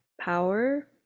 power